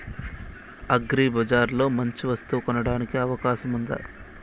అగ్రిబజార్ లో మంచి వస్తువు కొనడానికి అవకాశం వుందా?